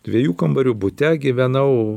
dviejų kambarių bute gyvenau